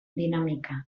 dinamika